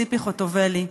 ציפי חוטובלי.